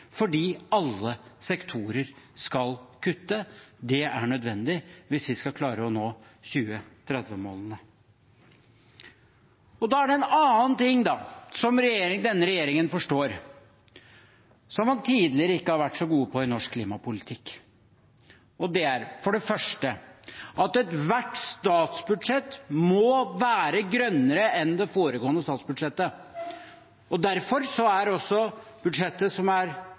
fordi alle sektorer skal kutte. Det er nødvendig hvis vi skal klare å nå 2030-målene. Det er også en annen ting som denne regjeringen forstår, og som man tidligere ikke har vært så god på i norsk klimapolitikk. Det er at ethvert statsbudsjett må være grønnere enn det foregående. Derfor er også budsjettet som er